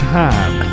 time